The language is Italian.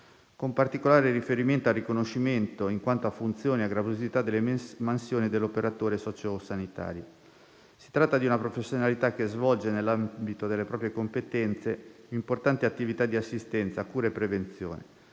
con particolare riferimento al riconoscimento in quanto a funzioni e a gravosità delle mansioni dell'operatore socio-sanitario. Si tratta di una professionalità che svolge - nell'ambito delle proprie competenze - importanti attività di assistenza, cura e prevenzione.